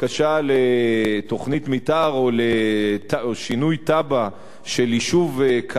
לתוכנית מיתאר או שינוי תב"ע של יישוב קיים,